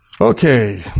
Okay